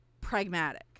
pragmatic